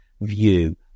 view